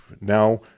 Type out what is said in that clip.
now